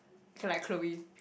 okay like Chloe